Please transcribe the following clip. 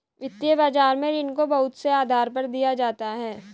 वित्तीय बाजार में ऋण को बहुत से आधार पर दिया जाता है